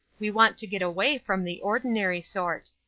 we want to get away from the ordinary sort.